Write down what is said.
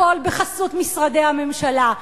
הכול בחסות משרדי הממשלה.